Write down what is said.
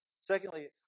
Secondly